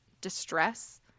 distress